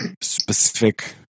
specific